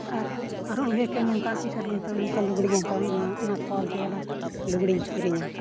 ᱟᱨ ᱟᱨᱦᱚᱸ ᱩᱭᱦᱟᱹᱨ ᱠᱮᱭᱟ ᱱᱚᱝᱠᱟᱱ ᱴᱤᱼᱥᱟᱨᱴ ᱜᱤᱧ ᱦᱟᱛᱟᱣᱟ ᱱᱚᱝᱠᱟᱱ ᱞᱩᱜᱽᱲᱤ ᱜᱤᱧ ᱦᱟᱛᱟᱣᱟ ᱚᱱᱟ ᱠᱚᱣᱟᱞᱤᱴᱤ ᱵᱟᱞᱟ ᱞᱩᱜᱽᱲᱤᱧ ᱠᱤᱨᱤᱧᱟ